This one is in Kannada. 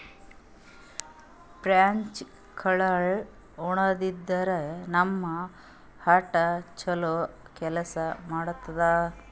ಫ್ರೆಂಚ್ ಕಾಳ್ಗಳ್ ಉಣಾದ್ರಿನ್ದ ನಮ್ ಹಾರ್ಟ್ ಛಲೋ ಕೆಲ್ಸ್ ಮಾಡ್ತದ್